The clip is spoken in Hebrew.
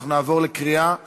אנחנו נעבור לקריאה השלישית.